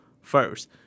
First